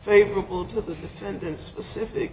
favorable to the defendant specific